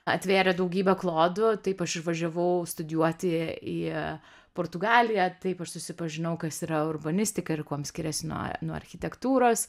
atvėrė daugybę klodų taip aš išvažiavau studijuoti į portugaliją taip aš susipažinau kas yra urbanistika ir kuom skiriasi nuo nuo architektūros